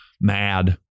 mad